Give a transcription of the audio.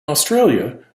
australia